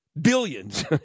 billions